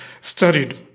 studied